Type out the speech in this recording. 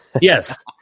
Yes